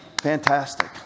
Fantastic